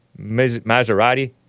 Maserati